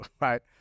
Right